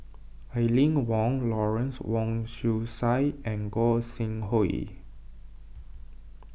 Aline Wong Lawrence Wong Shyun Tsai and Gog Sing Hooi